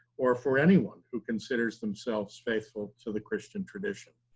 or for anyone who considers themselves faithful to the christian tradition.